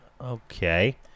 okay